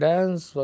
Dance